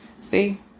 See